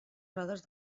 rodes